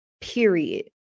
Period